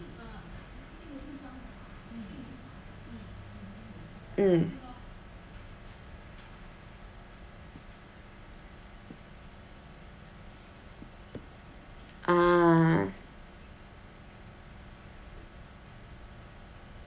mm ah